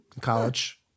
College